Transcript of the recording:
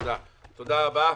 תודה רבה.